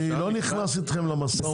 אני לא נכנס איתכם למשא ומתן.